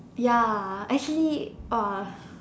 ya actually !wah!